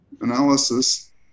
analysis